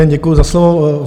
Děkuju za slovo.